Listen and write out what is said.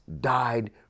died